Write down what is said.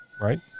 right